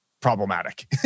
problematic